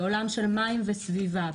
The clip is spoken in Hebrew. בעולם של מים וסביבה,